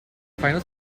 finals